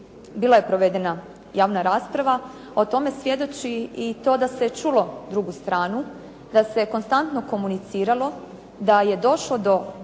bila je provedena javna rasprava. O tome svjedoči i to da se čulo drugu stranu, da se konstantno komuniciralo, da je došlo do